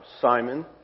Simon